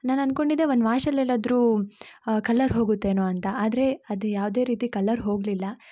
ನಾನು ಅಂದ್ಕೊಂಡಿದ್ದೆ ಒಂದು ವಾಷಲ್ಲಿ ಎಲ್ಲದ್ರೂ ಕಲ್ಲರ್ ಹೋಗುತ್ತೆನೋ ಅಂತ ಆದರೆ ಅದು ಯಾವುದೇ ರೀತಿ ಕಲ್ಲರ್ ಹೋಗಲಿಲ್ಲ